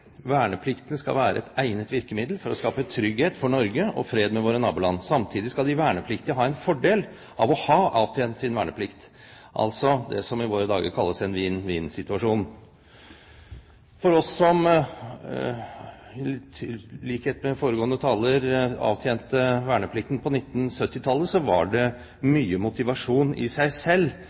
Verneplikten skal være et egnet virkemiddel for å skape trygghet for Norge og fred med våre naboland. Samtidig skal de vernepliktige ha en fordel av å ha avtjent sin verneplikt – altså det som i våre dager kalles en vinn-vinn-situasjon. For oss som i likhet med foregående taler avtjente verneplikten på 1970-tallet, var det mye motivasjon i seg selv